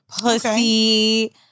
pussy